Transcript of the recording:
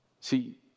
See